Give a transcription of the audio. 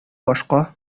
башка